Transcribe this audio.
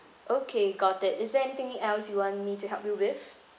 okay got it is there anything else you want me to help you with